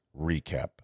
recap